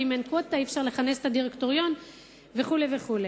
ואם אין קווטה אי-אפשר לכנס את הדירקטוריון וכו' וכו'.